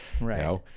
Right